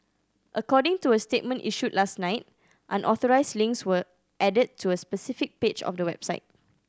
according to a statement issued last night unauthorised links were added to a specific page of the website